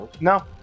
No